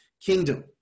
kingdom